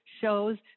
shows